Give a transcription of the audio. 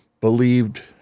believed